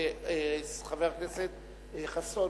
וחבר הכנסת חסון,